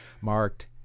marked